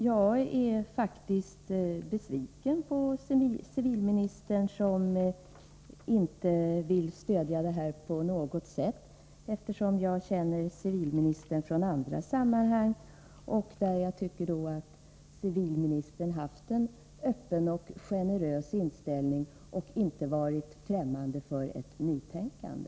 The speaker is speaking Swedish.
Jag är faktiskt besviken över att civilministern inte vill stödja detta på något sätt, eftersom jag känner civilministern från andra sammanhang. Jag tycker att civilministern har haft en öppen och generös inställning och inte varit fftämmande för nytänkande.